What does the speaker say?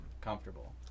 comfortable